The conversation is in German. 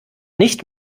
nicht